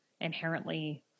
inherently